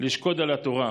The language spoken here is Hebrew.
לשקוד על התורה.